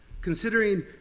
considering